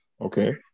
Okay